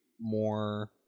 more